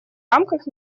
рамках